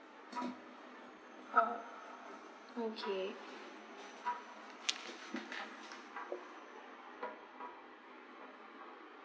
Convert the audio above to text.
uh okay